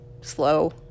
slow